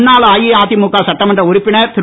முன்னாள் அஇஅதிமுக சட்டமன்ற உறுப்பினர் திரு